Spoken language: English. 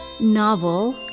novel